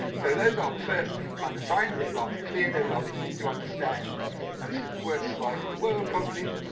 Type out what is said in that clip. so those are the first kind of signs. they're rather clear. they're rather easy to understand. now this is the worst slide in the world, probably.